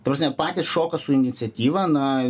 prasme patys šoka su iniciatyva na